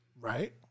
Right